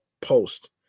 Post